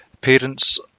parents